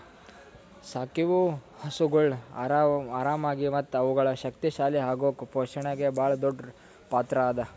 ಸಾಕಿವು ಹಸುಗೊಳ್ ಆರಾಮಾಗಿ ಮತ್ತ ಅವುಗಳು ಶಕ್ತಿ ಶಾಲಿ ಅಗುಕ್ ಪೋಷಣೆನೇ ಭಾಳ್ ದೊಡ್ಡ್ ಪಾತ್ರ ಅದಾ